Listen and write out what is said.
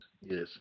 Yes